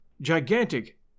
gigantic